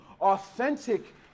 authentic